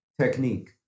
technique